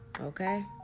Okay